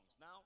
Now